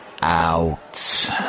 Out